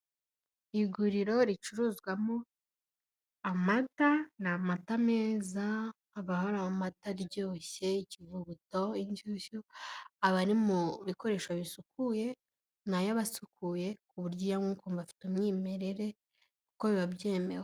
Iguriro ricuruzwamo amata, ni amata meza, haba hari amata aryoshye, ikivuguto, inshyushyu, aba ari mu bikoresho bisukuye na yo aba asukuye, ku buryo uyanywa ukumva afite umwimerere kuko biba byemewe.